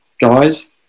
guys